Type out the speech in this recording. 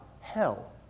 hell